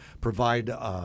provide